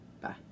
Bye